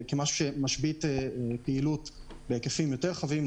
ושמשבית פעילות בהיקפים יותר רחבים,